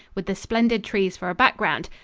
with the splendid trees for a background,